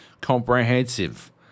comprehensive